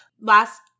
last